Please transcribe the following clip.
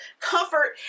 comfort